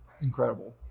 incredible